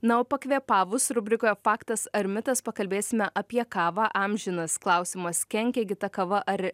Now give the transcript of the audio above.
na o pakvėpavus rubrikoje faktas ar mitas pakalbėsime apie kavą amžinas klausimas kenkia gi ta kava ar